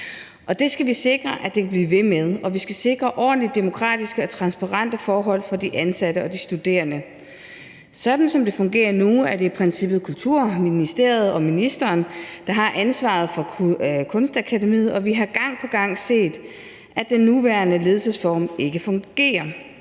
det skal vi sikre at det kan blive ved med, og vi skal sikre ordentlige demokratiske og transparente forhold for de ansatte og de studerende. Sådan som det fungerer nu, er det i princippet Kulturministeriet og kulturministeren, der har ansvaret for Kunstakademiet, og vi har gang på gang set, at den nuværende ledelsesform ikke fungerer.